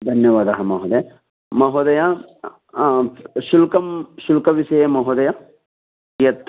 धन्यवादः महोदय महोदय आं शुल्कं शुल्कविषये महोदय यत्